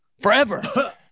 forever